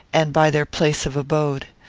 and by their place of abode.